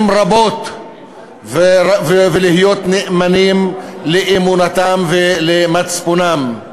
רבות ולהיות נאמנים לאמונתם ולמצפונם.